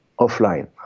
offline